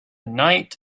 night